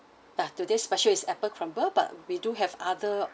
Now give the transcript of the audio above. yeah today's special is apple crumble but we do have other